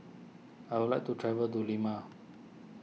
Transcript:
I would like to travel to Lima